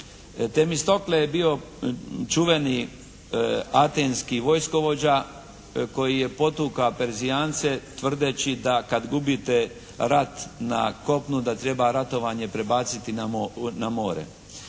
Temistoklo je bio čuveni atenski vojskovođa koji je potukao Perzijance tvrdeći da kad gubite rat na kopnu, da treba ratovanje prebaciti na more.